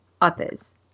others